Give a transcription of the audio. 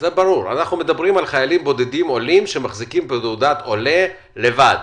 אנחנו מדברים על חיילים בודדים עולים שמחזיקים בתעודת עולה לבד,